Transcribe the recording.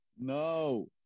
No